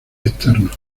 externos